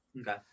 Okay